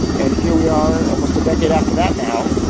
and here we are almost a decade after that now.